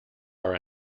our